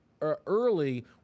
early